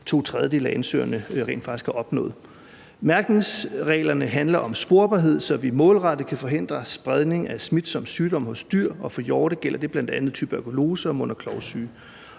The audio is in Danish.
to tredjedele af ansøgerne rent faktisk har opnået. Mærkningsreglerne handler om sporbarhed, så vi målrettet kan forhindre spredning af smitsom sygdom hos dyr, og for hjorte gælder det bl.a. tuberkulose og mund- og klovsyge.